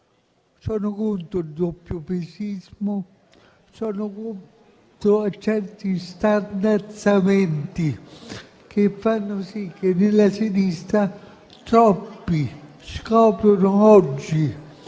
sono contro il doppiopesismo, contro gli starnazzamenti che fanno sì che nella sinistra troppi scoprano oggi